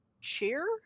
Cheer